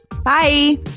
Bye